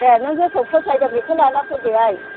दे नों जेखौ फसायदों बेखौ लानानै फैदो आइ